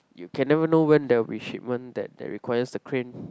you can never know when there will be shipment that that requires the crane